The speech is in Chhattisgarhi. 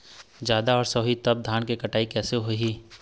जादा वर्षा होही तब धान के कटाई कैसे होही?